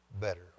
better